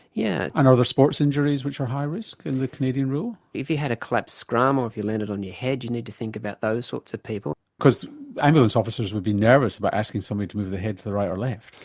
yeah and are there sports injuries which are high risk in the canadian rule? if you had a collapsed scrum or if you landed on your head you need to think about those sorts of people. because ambulance officers would be nervous about asking somebody to move their head to the right or the left.